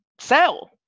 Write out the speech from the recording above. sell